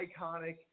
iconic